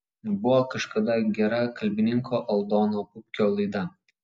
buvo kažkada gera kalbininko aldono pupkio laida